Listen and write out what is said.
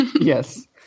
Yes